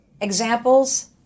Examples